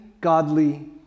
godly